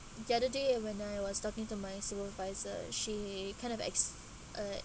the other day and when I was talking to my supervisor she kind of ex~ uh